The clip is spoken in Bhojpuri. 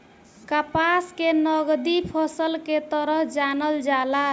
कपास के नगदी फसल के तरह जानल जाला